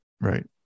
Right